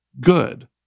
good